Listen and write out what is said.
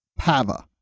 Pava